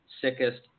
sickest